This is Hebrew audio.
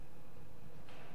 חוק-יסוד: ירושלים